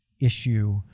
issue